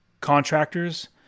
contractors